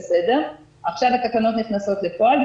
עכשיו התקנות נכנסות לפועל,